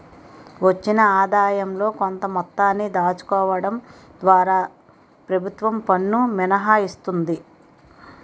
వచ్చిన ఆదాయంలో కొంత మొత్తాన్ని దాచుకోవడం ద్వారా ప్రభుత్వం పన్ను మినహాయిస్తుంది